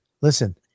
Listen